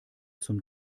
zum